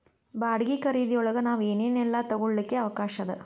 ಬಾಡ್ಗಿ ಖರಿದಿಯೊಳಗ್ ನಾವ್ ಏನ್ ಏನೇಲ್ಲಾ ತಗೊಳಿಕ್ಕೆ ಅವ್ಕಾಷದ?